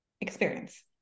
experience